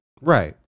Right